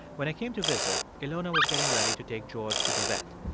when i came to visit, ilona was getting ready to take george to the vet.